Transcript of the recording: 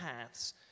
paths